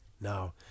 Now